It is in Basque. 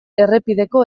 errepideko